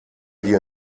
wir